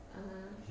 ah !huh!